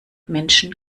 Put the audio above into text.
menschen